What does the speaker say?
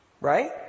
Right